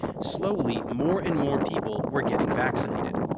slowly, more and more people were getting vaccinated.